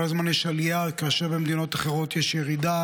כל הזמן יש עלייה כאשר במדינות אחרות יש ירידה.